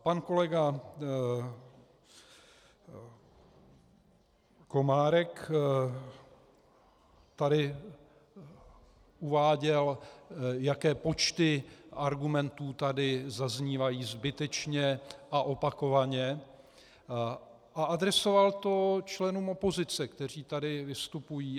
Pan kolega Komárek tady uváděl, jaké počty argumentů tady zaznívají zbytečně a opakovaně, a adresoval to členům opozice, kteří tady vystupují.